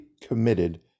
committed